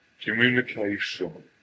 Communication